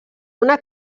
una